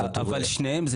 חבר הכנסת ואטורי.